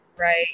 Right